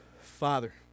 Father